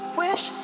wish